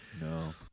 No